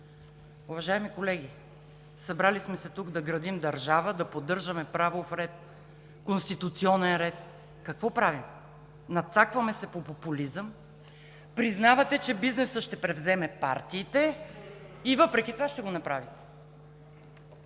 Уважаеми колеги, събрали сме се тук да градим държава, да поддържаме правов ред, конституционен ред. Какво правим? Надцакваме се по популизъм, признавате, че бизнесът ще превземе партиите, и въпреки това ще го направите.